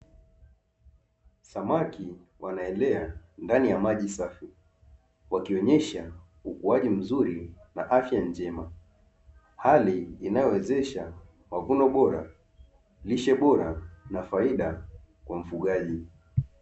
Samaki wanaelea ndani ya maji safi wakionyesha ukuaji mzuri na afya njema; hali inayowezesha mavuno bora, lishe bora na faida kwa mfugaji.